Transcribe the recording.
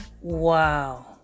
Wow